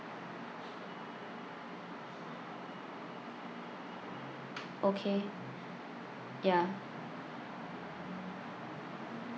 okay ya